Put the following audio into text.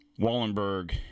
Wallenberg